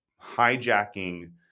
hijacking